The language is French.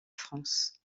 france